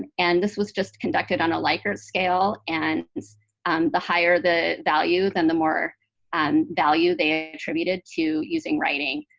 and this was just conducted on a likert scale. and um the higher the value, then the more and value they ah attributed to using writing.